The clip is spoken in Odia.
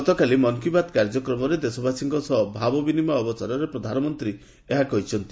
ଗତକାଲି ମନ୍ କି ବାତ୍ କାର୍ଯ୍ୟକ୍ରମରେ ଦେଶବାସୀଙ୍କ ସହ ଭାବ ବିନିମୟ ଅବସରରେ ପ୍ରଧାନମନ୍ତ୍ରୀ ଏହା କହିଛନ୍ତି